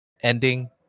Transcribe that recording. ending